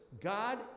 god